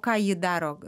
ką ji daro